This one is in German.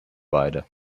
beide